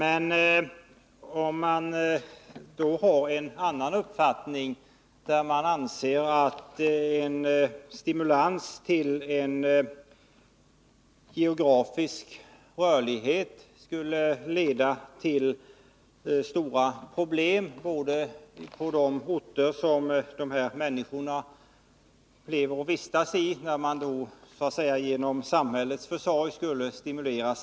Enligt min uppfattning så skulle en ökad geografisk rörlighet leda till stora problem, både för människorna och för de orter dessa människor lever och vistas i, och den löser inte de problem som Anders Högmark avser.